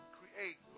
create